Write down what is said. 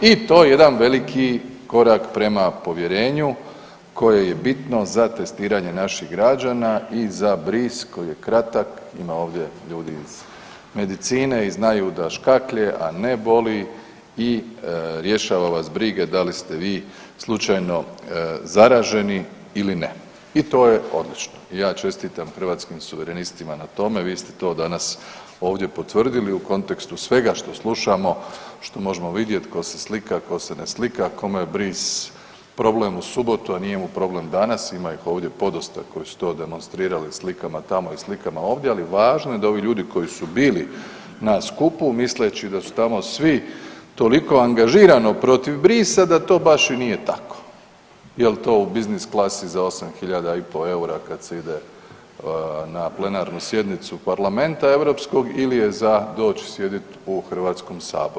i to je jedan veliki korak prema povjerenju koje je bitno za testiranje naših građana i za bris koji je kratak, ima ovdje ljudi iz medicine, i znaju da škaklje, a ne boli i rješava vas brige da li ste vi slučajno zaraženi ili ne i to je odlično i ja čestitam Hrvatskim suverenistima na tome, vi ste to danas ovdje potvrdili u kontekstu svega što slušamo, što možemo vidjeti, tko se slika, tko se ne slika, kome je bris problem u subotu, a nije mu problem danas, ima ih ovdje podosta koji su to demonstrirali slikama tamo i slikama ovdje, ali važno je da ovi ljudi koji su bili na skupu, misleći da su tamo svi toliko angažirano protiv brisa, da to baš i nije tako jer to u business klasi za 8 hiljada i po' eura kad se ide na plenarnu sjednicu parlamenta europskog ili je za doći i sjediti u HS-u.